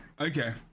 Okay